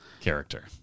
Character